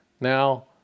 now